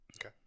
Okay